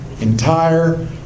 entire